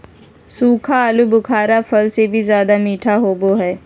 सूखा आलूबुखारा फल से भी ज्यादा मीठा होबो हइ